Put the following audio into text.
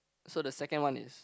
so the second one is